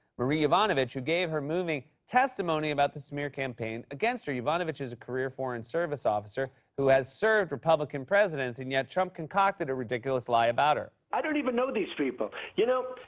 marie yovanovitch, who gave her moving testimony about the smear campaign against her. yovanovitch is a career foreign service officer who has served republican presidents and, yet, trump concocted a ridiculous lie about her. i don't even know these people. you know,